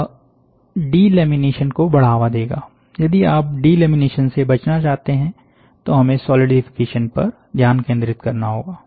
यह डिलेमिनेशन को बढ़ावा देगा यदि आप डिलेमिनेशन से बचना चाहते हैं तो हमें सॉलिडिफिकेशन पर ध्यान केंद्रित करना होगा